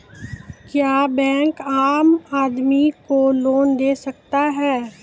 क्या बैंक आम आदमी को लोन दे सकता हैं?